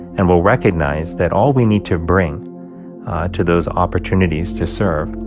and we'll recognize that all we need to bring to those opportunities to serve